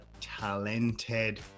talented